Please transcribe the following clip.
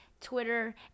Twitter